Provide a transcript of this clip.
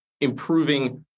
improving